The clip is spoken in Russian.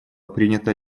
принято